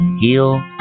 Heal